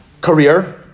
Career